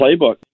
playbook